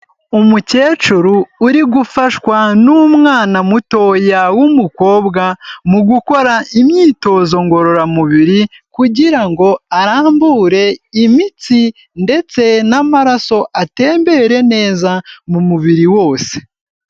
Umukecuru uri gufashwa n'umwana mutoya w'umukobwa mu gukora imyitozo ngororamubiri, kugira ngo arambure imitsi ndetse n'amaraso atembere neza mu mubiri wose.